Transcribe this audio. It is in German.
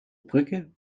brücke